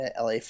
LA